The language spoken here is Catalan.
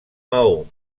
maó